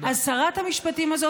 אז שרת המשפטים הזאת,